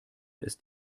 ist